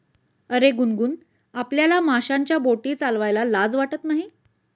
अरे गुनगुन, आपल्याला माशांच्या बोटी चालवायला लाज वाटत नाही